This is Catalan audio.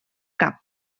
cap